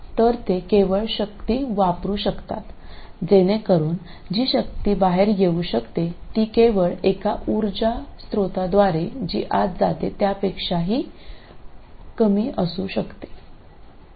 तर ते केवळ शक्ती वापरू शकतात जेणेकरून जी शक्ती बाहेर येऊ शकते ती केवळ एका उर्जा स्त्रोताद्वारे जी आत जाते त्यापेक्षा कमी असू शकते